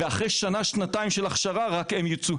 ואחרי שנה-שנתיים של הכשרה רק הם יצאו.